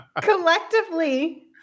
collectively